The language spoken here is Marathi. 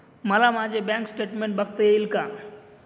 मला माझे बँक स्टेटमेन्ट बघता येईल का?